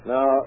Now